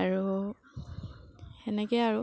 আৰু সেনেকৈ আৰু